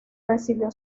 recibió